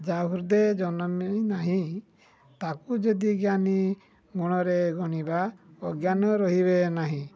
ଯାହା ହୃଦେ ଜନମି ନାହିଁ ତାକୁ ଯଦି ଜ୍ଞାନୀ ଗଣରେ ଗଣିବା ଅଜ୍ଞାନ ରହିବେ ନାହିଁ